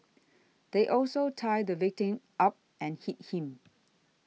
they also tied the victim up and hit him